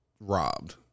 robbed